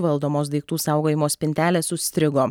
valdomos daiktų saugojimo spintelės užstrigo